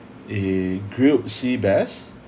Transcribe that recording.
a grilled seabass